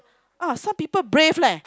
ah some people brave leh